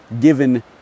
given